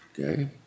Okay